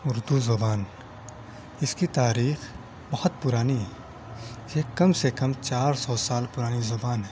اردو زبان اس کی تاریخ بہت پرانی ہے یہ کم سے کم چار سو سال پرانی زبان ہے